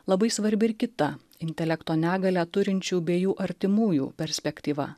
labai svarbi ir kita intelekto negalią turinčių bei jų artimųjų perspektyva